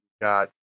got